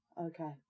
Okay